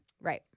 right